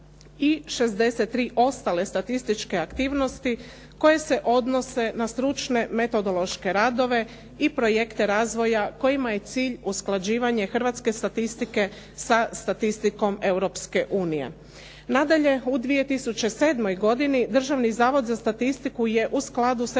i 63 ostale statističke aktivnosti koje se odnose na stručne metodološke radove i projekte razvoja kojima je cilj usklađivanje hrvatske statistike sa statistikom Europske unije. Nadalje, u 2007. godini Državni zavod za statistiku je u skladu